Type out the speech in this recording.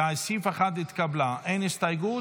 סעיף 1 התקבל, אין הסתייגות.